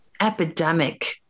epidemic